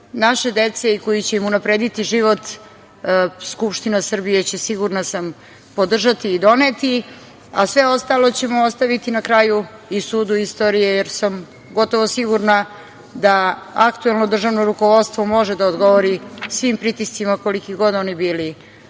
naše dece i koji će im unaprediti život Skupština Srbije će, sigurna sam, podržati i doneti, a sve ostalo ćemo ostaviti na kraju i sudu istorije, jer sam gotovo sigurna da aktuelno državno rukovodstvo može da odgovori svim pritiscima, koliki god oni bili